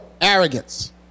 arrogance